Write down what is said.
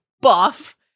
buff